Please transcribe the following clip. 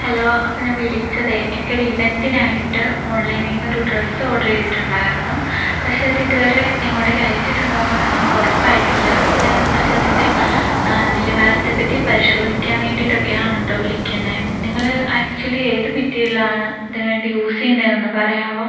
hello അപ്പം ഞാൻ വിളിച്ചതേ എനിക്കൊരു ഇവെൻറിനായിട്ട് ഓൺലൈനിൽ നിന്നൊരു ഡ്രസ്സ് ഓർഡർ ചെയ്തിട്ടുണ്ടായിരുന്നു പക്ഷേ അത് ഇതുവരെ ഇങ്ങോട്ടേക്ക് അയച്ചിട്ടുണ്ടോ എന്ന് ഞങ്ങൾക്ക് ഉറപ്പായിട്ടില്ല അപ്പം ഞാൻ കുറച്ച് അതിൻ്റെ നിലവാരത്തെപ്പറ്റി പരിശോധിക്കാൻ വേണ്ടിയിട്ടൊക്കെ ആണ് കേട്ടോ വിളിക്കുന്നത് നിങ്ങൾ ആക്ച്വലി ഏത് മെറ്റീരിയൽ ആണ് അതിന് വേണ്ടി യൂസ് ചെയ്യുന്നത് എന്നൊന്ന് പറയാമോ